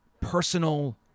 Personal